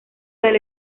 del